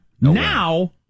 Now